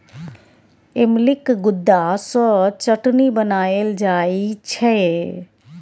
इमलीक गुद्दा सँ चटनी बनाएल जाइ छै